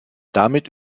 damit